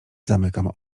zamykam